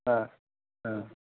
হ্যাঁ হ্যাঁ